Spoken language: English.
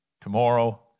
tomorrow